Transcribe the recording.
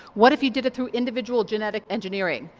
what if you did it through individual genetic engineering,